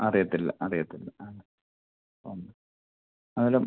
അറിയത്തില്ല അറിയത്തില്ല ആണ് ഒന്ന് അതെല്ലം